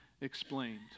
Explained